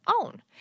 own